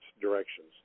directions